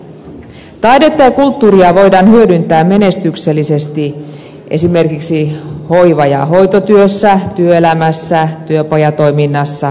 taidetta ja kulttuuria voidaan hyödyntää menestyksellisesti esimerkiksi hoiva ja hoitotyössä työelämässä työpajatoiminnassa kotouttamisessa